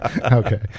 Okay